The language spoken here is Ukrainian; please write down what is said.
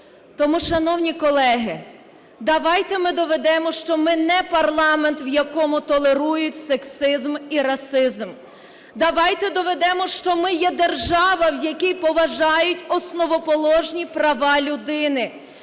Тому, шановні колеги, давайте ми доведемо, що ми не парламент, в якому толерують сексизм і расизм. Давайте доведемо, що ми є держава, в якій поважають основоположні права людини,